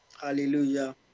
Hallelujah